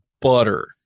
butter